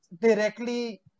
directly